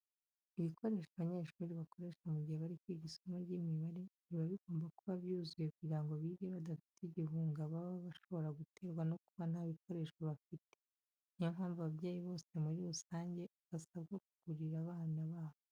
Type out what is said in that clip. Ibikoresho abanyeshuri bakoresha mu gihe bari kwiga isomo ry'imibare, biba bigomba kuba byuzuye kugira ngo bige badafite igihunga baba bashobora guterwa no kuba nta bikoresho bafite. Ni yo mpamvu ababyeyi bose muri rusange basabwa kubigurira abana babo.